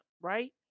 right